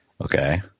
Okay